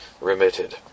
remitted